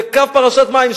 זה קו פרשת מים.